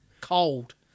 cold